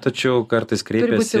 tačiau kartais kreipiasi